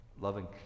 loving